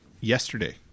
yesterday